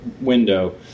window